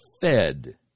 fed